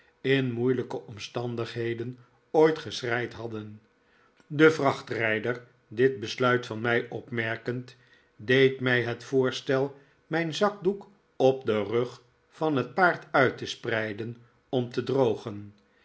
in moeilijke omstandigheden ooit geschreid hadden de vrachtrijder dit besluit van mij opmerkend deed mij het voorstel mijn zakdoek op den rug van het paard uit te spreiden om te drogen